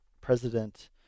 President